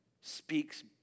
speaks